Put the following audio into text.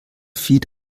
feed